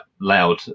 loud